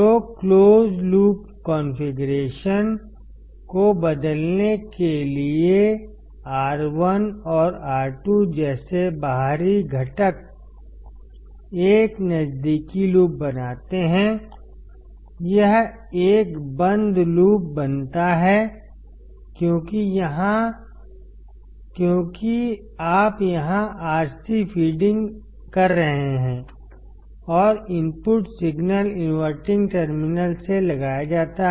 तो close loop configuration को बदलने के लिए R1 और R2 जैसे बाहरी घटक एक नज़दीकी लूप बनाते हैं यह एक बंद लूप बनाता है क्योंकि आप यहां RC फीडिंग कर रहे हैं और इनपुट सिग्नल इनवर्टिंग टर्मिनल से लगाया जाता है